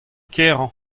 kerañ